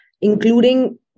including